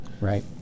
Right